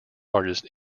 largest